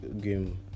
game